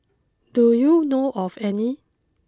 do you know of any